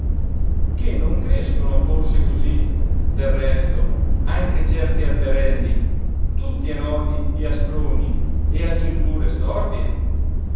che non crescono forse cosí del resto anche certi alberelli tutti a nodi e a sproni e a giunture storpie cosí